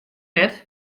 net